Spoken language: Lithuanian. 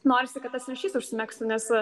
norisi kad tas ryšys užsimegztų nes